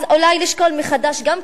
אז אולי לשקול מחדש גם,